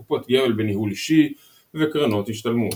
קופות גמל בניהול אישי וקרנות השתלמות.